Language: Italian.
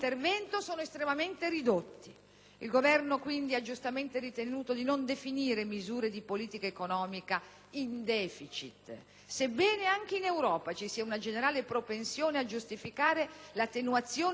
Il Governo, quindi, ha giustamente ritenuto di non definire misure di politica economica in deficit, sebbene anche in Europa ci sia una generale propensione a giustificare l'attenuazione dei vincoli del Patto di stabilità;